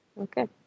Okay